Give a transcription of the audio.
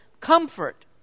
Comfort